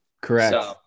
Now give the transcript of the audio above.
Correct